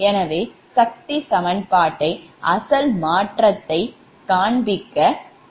எனவே சக்தி சமன்பாட்டை அசல் மாற்றத்தை காண்பிக்க வேண்டும்